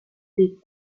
des